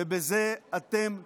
ובזה אתם טועים.